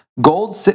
gold